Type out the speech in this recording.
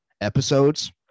episodes